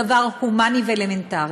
דבר הומני ואלמנטרי.